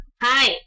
Hi